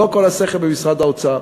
לא כל השכל במשרד האוצר.